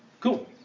cool